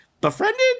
befriended